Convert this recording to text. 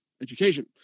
education